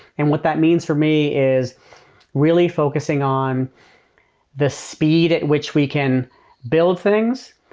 and what that means for me is really focusing on the speed at which we can build things.